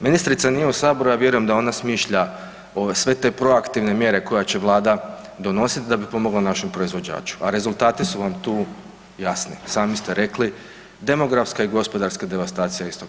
Ministrica nije u Saboru, ja vjerujem da ona smišlja sve te proaktivne mjere koje će Vlada donositi da bi pomogla našem proizvođaču, a rezultati su vam tu jasni, sami ste rekli, demografska i gospodarska devastacija Istoka Hrvatske.